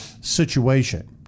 situation